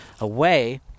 away